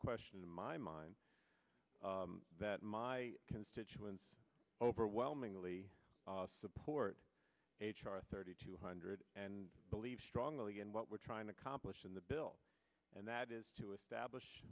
question in my mind that my constituents overwhelmingly support h r thirty two hundred and believe strongly in what we're trying to accomplish in the bill and that is to establish